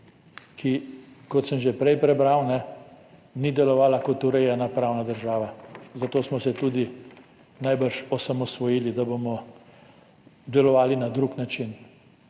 kot sem že prej prebral, ki ni delovala kot urejena pravna država, zato smo se tudi najbrž osamosvojili, da bomo delovali na drug način,